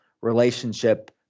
relationship